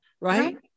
right